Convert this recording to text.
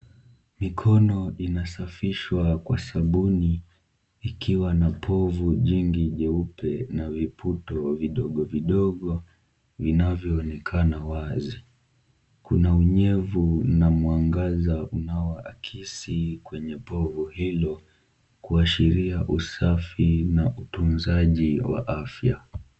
Mikono inasafishwa kwa sabuni ikiwa na povu jingi jeupe na viputo vidogovidogo vinavyoonekana wazi. Kuna unyevu na mwangaza unaoakisi kwenye povu hilo kuashiria usafi na utunzaji wa afya.